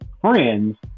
friends